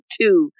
two